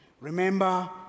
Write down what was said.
remember